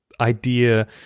idea